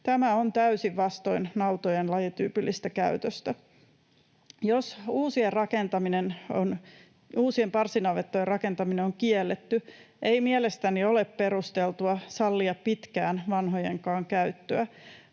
Tämä on täysin vastoin nautojen lajityypillistä käytöstä. Jos uusien parsinavettojen rakentaminen on kielletty, ei mielestäni ole perusteltua sallia pitkään vanhojenkaan käyttöä.